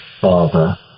father